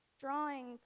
drawing